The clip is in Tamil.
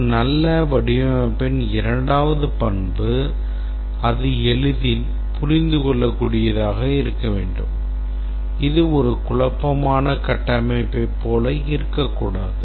ஒரு நல்ல வடிவமைப்பின் இரண்டாவது பண்பு அது எளிதில் புரிந்துகொள்ளக்கூடியதாக இருக்க வேண்டும் இது ஒரு குழப்பமான கட்டமைப்பைப் போல இருக்கக்கூடாது